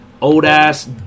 old-ass